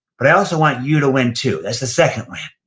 but i also want you to win, too, that's the second win.